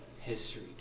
history